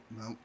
no